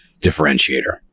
differentiator